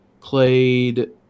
played –